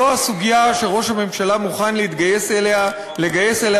זו הסוגיה שראש הממשלה מוכן לגייס לה זמן,